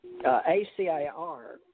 ACIR